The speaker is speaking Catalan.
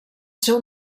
seu